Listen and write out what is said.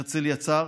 הרצל יצר